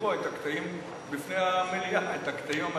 לקרוא בפני המליאה את הקטעים המתאימים.